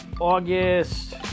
August